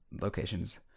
locations